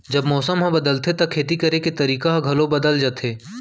जब मौसम ह बदलथे त खेती करे के तरीका ह घलो बदल जथे?